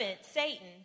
Satan